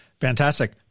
Fantastic